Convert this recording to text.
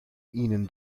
ihnen